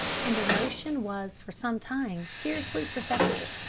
and their motion was for some time scarcely perceptible.